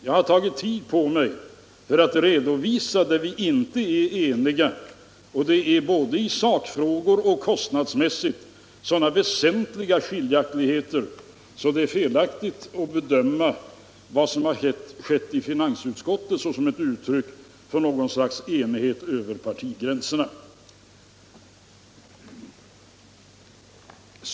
Jag har tagit tid på mig för att redovisa vad vi inte är eniga om, och både i sakfrågor och i kostnadsfrågor finns det så väsentliga skiljaktigheter att det är felaktigt att bedöma vad som skett i finansutskottet som ett uttryck för något slags enighet över partigränserna.